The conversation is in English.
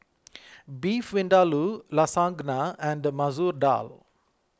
Beef Vindaloo Lasagna and Masoor Dal